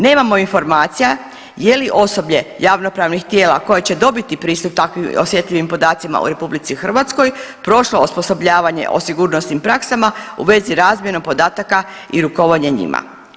Nemamo informacija je li osoblje javnopravnih tijela koje će dobiti pristup takvim osjetljivim podacima u RH prošlo osposobljavanje o sigurnosnim praksama u vezi razmjene podataka i rukovanje njima.